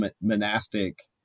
monastic